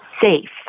safe